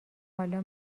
حالا